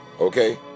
okay